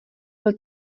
byl